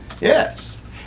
Yes